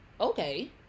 Okay